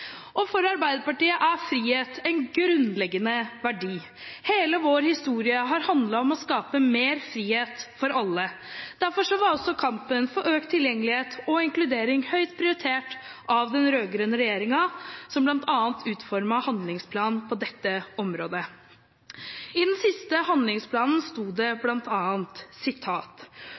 deltar. For Arbeiderpartiet er frihet en grunnleggende verdi. Hele vår historie har handlet om å skape mer frihet for alle. Derfor var også kampen for økt tilgjengelighet og inkludering høyt prioritert av den rød-grønne regjeringen, som bl.a. utformet en handlingsplan på dette området. I den siste handlingsplanen stod det